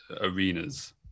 arenas